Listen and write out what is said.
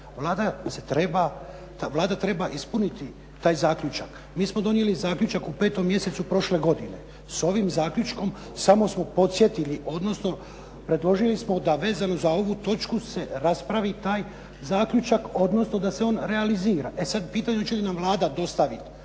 Vlada treba ispuniti taj zaključak. Mi smo donijeli zaključak u petom mjesecu prošle godine. S ovim zaključkom samo smo podsjetili, odnosno predložili smo da vezano za ovu točku se raspravi taj zaključak, odnosno da se on realizira. E sad, pitanje hoće li nam Vlada dostaviti